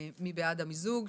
מי בעד המיזוג?